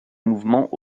mouvement